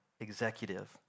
executive